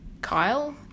Kyle